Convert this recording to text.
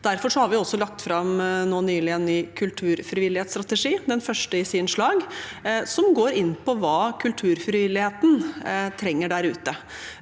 Derfor har vi også nå nylig lagt fram en ny kulturfrivillighetsstrategi, den første i sitt slag, som går inn på hva kulturfrivilligheten trenger der ute,